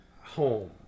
home